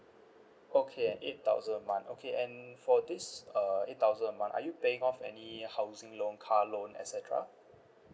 okay at eight thousand a month okay and for this err eight thousand a month are you paying off any housing loan car loan et cetera